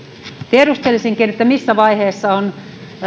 tiedustelisinkin missä vaiheessa on